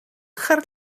хар